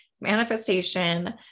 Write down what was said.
manifestation